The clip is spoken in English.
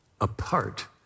apart